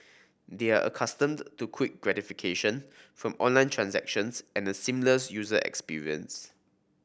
they are accustomed to quick gratification from online transactions and a seamless user experience